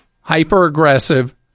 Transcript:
hyper-aggressive